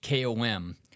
KOM